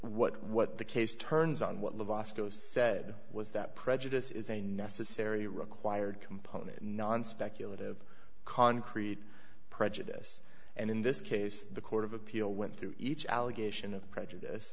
what what the case turns on what lovato said was that prejudice is a necessary required component non speculative concrete prejudice and in this case the court of appeal went through each allegation of prejudice